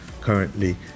currently